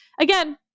Again